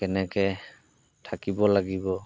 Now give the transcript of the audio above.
কেনেকৈ থাকিব লাগিব